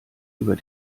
über